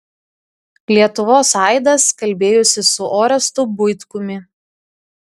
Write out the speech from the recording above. lietuvos aidas kalbėjosi su orestu buitkumi